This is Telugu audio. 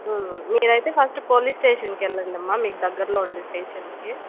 మీరు అయితే ఫస్ట్ పోలీస్ స్టేషన్కి వెళ్ళండి అమ్మ మీ దగ్గరలో ఉండే స్టేషన్కి